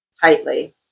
tightly